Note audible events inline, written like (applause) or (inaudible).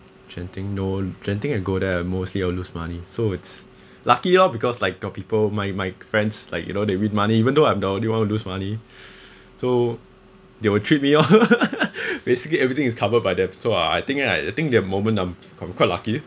genting no genting I go there I mostly I will lose money so it's lucky loh because like got people my my friends like you know they win money even though I'm the only one who lose money (breath) so they will treat me loh (laughs) basically everything is covered by them so I I think I I think their moment I'm (noise) quite lucky